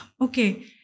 Okay